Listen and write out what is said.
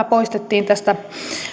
poistettiin tästä